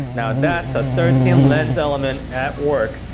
now that's a thirteen lens elements at work.